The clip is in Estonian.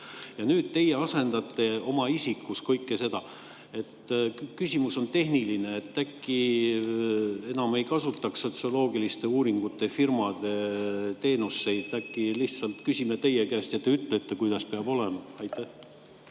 Ja nüüd teie asendate oma isikus kõike seda. Küsimus on tehniline. Äkki enam ei kasutaks sotsioloogiliste uuringute firmade teenuseid, äkki lihtsalt küsime teie käest ja te ütlete, kuidas peab olema? Aitäh!